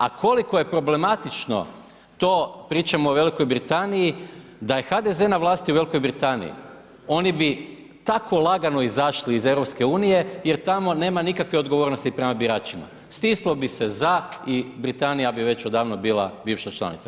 A koliko je problematično to, pričamo o Velikoj Britaniji, da je HDZ na vlasti u Velikoj Britaniji, oni bi tako lagano izašli iz EU jer tamo nema nikakve odgovornosti prema biračima, stislo bi se za i Britanija bi već odavno bila bivša članica.